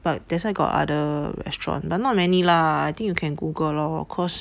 but that side got other restaurants but not many lah I think you can Google lor cause